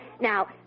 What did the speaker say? Now